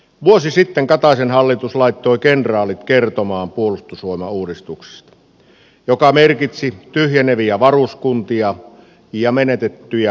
vuosi sitten kataisen hallitus laittoi kenraalit kertomaan puolustusvoimauudistuksesta joka merkitsi tyhjeneviä varuskuntia ja menetettyjä työpaikkoja